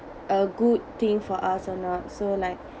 a good thing for us or not so like